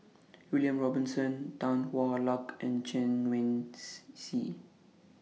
William Robinson Tan Hwa Luck and Chen Wen Hsi